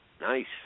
Nice